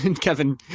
Kevin